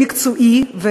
מקצועי,